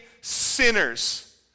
sinners